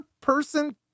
person